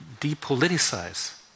depoliticize